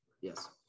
Yes